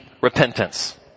repentance